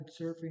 surfing